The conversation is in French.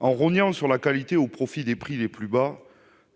l'on rogne sur la qualité au profit des prix les plus bas,